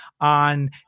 on